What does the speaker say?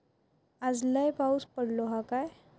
आज लय पाऊस पडतलो हा काय?